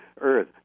Earth